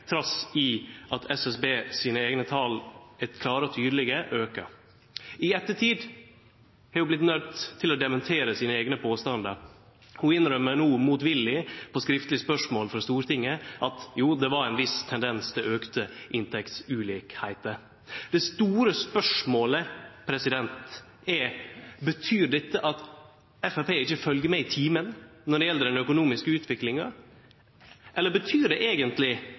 trass i at SSB sine eigne tal er klare og tydelege. I ettertid har ho vorte nøydd til å dementere sine eigne påstandar. Ho innrømmer no, motvillig, på skriftleg spørsmål frå Stortinget, at jo det var ein viss tendens til auka inntektsforskjellar. Det store spørsmålet er: Betyr dette at Framstegspartiet ikkje følgjer med i timen når det gjeld den økonomiske utviklinga? Eller betyr det eigentleg